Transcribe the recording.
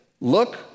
look